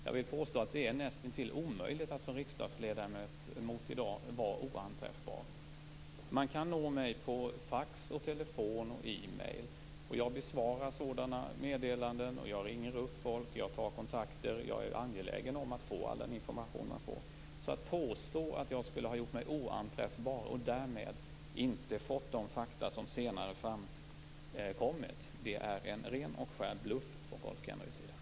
Jag vill påstå att det är näst intill omöjligt att som riksdagsledamot i dag vara oanträffbar. Man kan nå mig med fax, telefon och e-post. Jag besvarar sådana meddelanden. Jag ringer upp folk. Jag tar kontakter. Jag är angelägen om att få all den information man får. Att påstå att jag skulle ha gjort mig oanträffbar, och att jag därmed inte skulle ha fått de fakta som senare framkommit, är en ren och skär bluff från Rolf Kenneryds sida.